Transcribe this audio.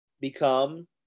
become